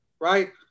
right